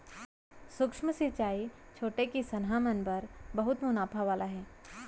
सूक्ष्म सिंचई छोटे किसनहा मन बर बहुत मुनाफा वाला हे